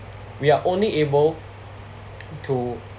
we are only able to